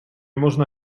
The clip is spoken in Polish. można